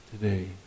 today